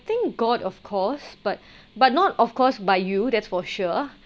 think got of course but but not of course by you that's for sure